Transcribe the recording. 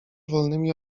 wolnymi